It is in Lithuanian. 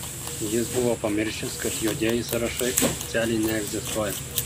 jis buvo pamiršęs kad juodieji sąrašai oficialiai neegzistuoja